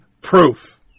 proof